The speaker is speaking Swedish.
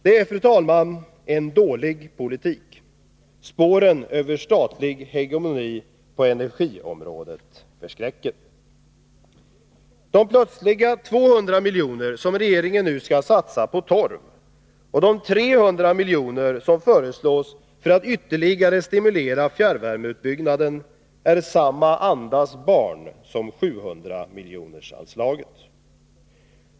Det är, fru talman, en dålig politik regeringen föreslår. Spåren av statlig hegemoni på energiområdet förskräcker. De plötsliga 200 miljoner som regeringen nu skall satsa på torv och de 300 miljoner som föreslås för att ytterligare stimulera fjärrvärmeutbyggnaden är samma andas barn som 700-miljonersanslaget.